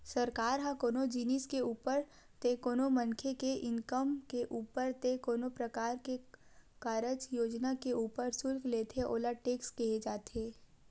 सरकार ह कोनो जिनिस के ऊपर ते कोनो मनखे के इनकम के ऊपर ते कोनो परकार के कारज योजना के ऊपर सुल्क लेथे ओला टेक्स केहे जाथे